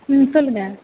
ம் சொல்லுங்கள்